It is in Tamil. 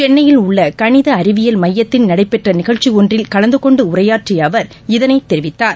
சென்னையில் உள்ள கணித அறிவியல் மையத்தில் நடைபெற்ற நிகழ்ச்சி ஒன்றில் கலந்து கொண்டு உரையாற்றிய அவர் இதனைத் தெரிவித்தார்